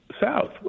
South